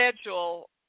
schedule